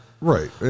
Right